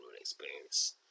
experience